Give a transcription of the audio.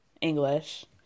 English